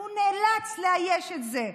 הוא נאלץ לאייש את זה.